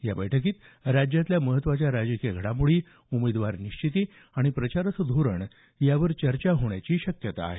या बैठकीत राज्यातल्या महत्त्वाच्या राजकीय घडामोडी उमेदवार निश्चिती आणि प्रचाराचं धोरण यावर चर्चा होण्याची शक्यता आहे